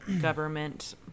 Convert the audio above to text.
government